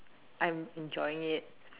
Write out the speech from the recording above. I'm enjoying it